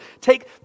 Take